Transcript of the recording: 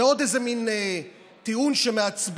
זה עוד איזה מין טיעון שמעצבן,